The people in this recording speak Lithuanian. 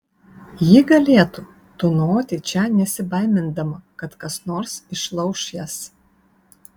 ji galėtų tūnoti čia nesibaimindama kad kas nors išlauš jas